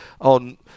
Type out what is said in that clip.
on